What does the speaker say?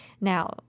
Now